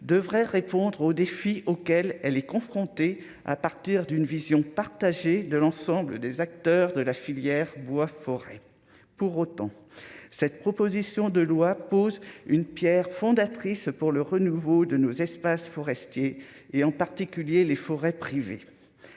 devrait répondre aux défis auxquels elle est confrontée à partir d'une vision partagée de l'ensemble des acteurs de la filière bois, forêts, pour autant, cette proposition de loi pose une Pierre fondatrice pour le renouveau de nos espaces forestiers et en particulier les forêts privées,